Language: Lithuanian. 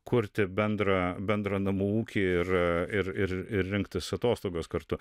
kurti bendrą bendrą namų ūkį ir ir rinktis atostogas kartu